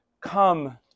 come